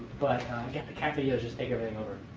but again, the cat videos just take everything over.